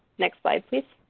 next slide, please.